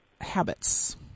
habits